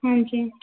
ਹਾਂਜੀ